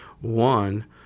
one